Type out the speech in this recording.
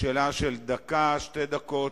שאלה של דקה, גג שתי דקות,